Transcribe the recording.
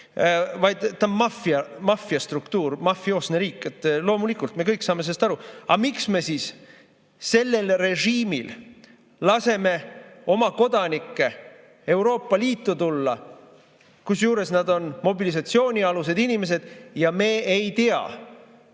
maffia, maffiastruktuur, mafioosne riik, loomulikult me kõik saame sellest aru. Aga miks me sellel režiimil laseme oma kodanikke Euroopa Liitu tulla, kusjuures nad on mobilisatsioonialused inimesed ja me ei tea,